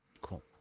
Cool